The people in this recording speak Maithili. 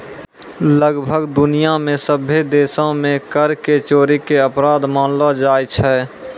लगभग दुनिया मे सभ्भे देशो मे कर के चोरी के अपराध मानलो जाय छै